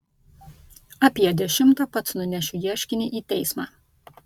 apie dešimtą pats nunešiu ieškinį į teismą